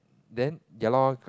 then ya lor